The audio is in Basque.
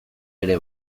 ere